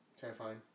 Terrifying